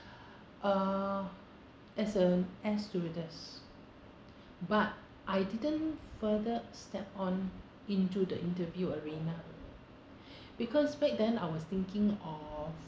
uh as an air stewardess but I didn't further step on into the interview arena because back then I was thinking of